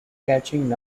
catching